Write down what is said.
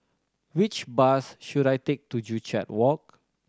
which bus should I take to Joo Chiat Walk